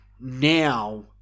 now